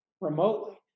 remotely